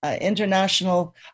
international